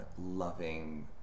Loving